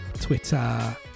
Twitter